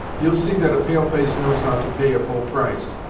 you'll see that a pale-face knows how to pay a full price,